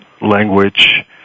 language